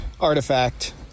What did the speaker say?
artifact